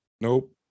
Nope